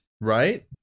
right